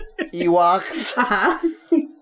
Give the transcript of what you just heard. Ewoks